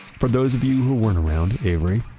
for those of you who weren't around, avery,